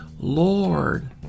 Lord